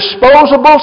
disposable